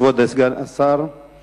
כבוד סגן השר,